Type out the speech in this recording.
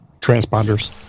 transponders